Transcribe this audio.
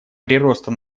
прироста